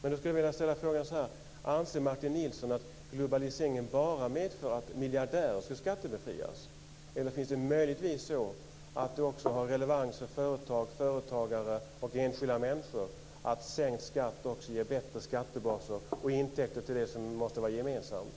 Då skulle jag vilja ställa frågan: Anser Martin Nilsson att globaliseringen bara medför att miljardärer ska skattebefrias? Eller är det möjligtvis så att det också har relevans för företag, företagare och enskilda människor, alltså att sänkt skatt också ger bättre skattebaser och intäkter till det som måste vara gemensamt?